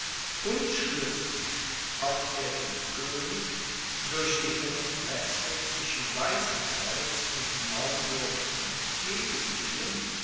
unschlüssig ob er dem könig durch die engen pässe zwischen weißenfels und naumburg entgegen